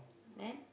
man